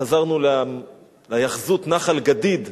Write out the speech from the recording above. חזרנו להיאחזות נח"ל גדיד,